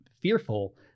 fearful